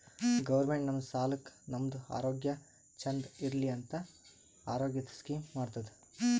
government ನಮ್ ಸಲಾಕ್ ನಮ್ದು ಆರೋಗ್ಯ ಚಂದ್ ಇರ್ಲಿ ಅಂತ ಆರೋಗ್ಯದ್ ಸ್ಕೀಮ್ ಮಾಡ್ತುದ್